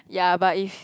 ya but if